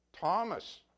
Thomas